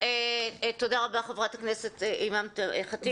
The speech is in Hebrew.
תודה רבה, חברת הכנסת אימאן ח'טיב.